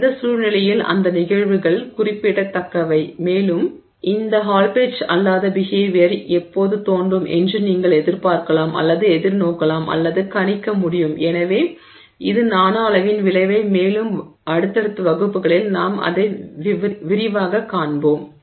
எந்த சூழ்நிலையில் அந்த நிகழ்வுகள் குறிப்பிடத்தக்கவை மேலும் இந்த ஹால் பெட்ச் அல்லாத பிஹேவியர் எப்போது தோன்றும் என்று நீங்கள் எதிர்பார்க்கலாம் அல்லது எதிர்நோக்கலாம் அல்லது கணிக்க முடியும் எனவே இது நானோ அளவின் விளைவை மேலும் அடுத்தடுத்த வகுப்புகளில் நாம் அதை விரிவாகக் காண்போம்